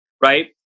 right